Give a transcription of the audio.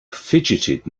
fidgeted